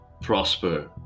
prosper